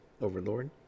overlord